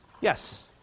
yes